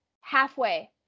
halfway